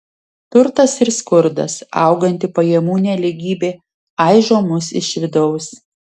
turtas ir skurdas auganti pajamų nelygybė aižo mus iš vidaus